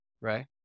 right